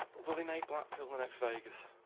will they make blackpool the next vegas.